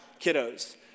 kiddos